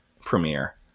premiere